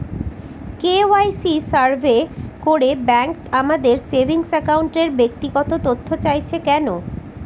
KYC survey করে bank আমাদের saving অ্যাকাউন্টের ব্যক্তিগত তথ্য চাইছে কেন?